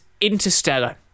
Interstellar